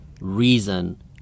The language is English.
reason